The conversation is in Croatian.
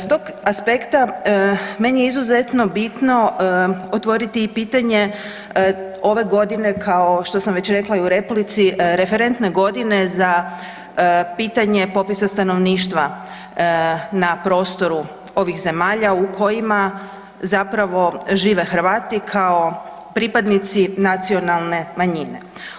S tog aspekta meni je izuzetno bitno otvoriti i pitanje ove godine kao što sam već rekla i u replici, referentne godine za pitanje popisa stanovništva na prostoru ovih zemalja u kojima zapravo žive Hrvati kao pripadnici nacionalne manjine.